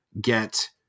get